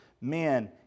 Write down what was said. men